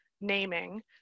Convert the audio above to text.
naming